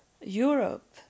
Europe